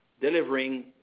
delivering